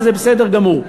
וזה בסדר גמור.